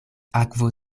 akvo